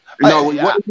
No